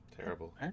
Terrible